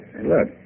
Look